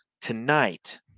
Tonight